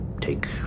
take